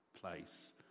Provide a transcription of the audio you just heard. place